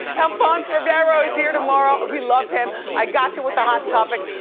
alfonso ribeiro is here tomorrow, we love him. i gotcha with the hot topics.